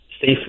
safe